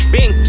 Bing